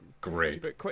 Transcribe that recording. great